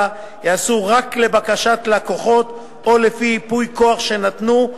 ייעשו רק לבקשת לקוחות או לפי ייפויי כוח שנתנו.